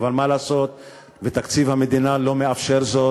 אבל מה לעשות ותקציב המדינה לא מאפשר זאת.